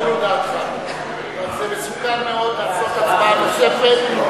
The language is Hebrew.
רק זה מסוכן מאוד לעשות הצבעה נוספת,